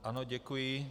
Ano, děkuji.